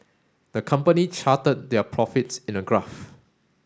the company charted their profits in a graph